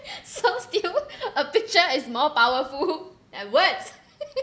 so to you a picture is more powerful than words